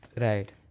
right